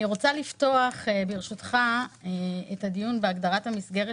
אני רוצה לפתוח את הדיון בהגדרת המסגרת